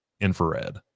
infrared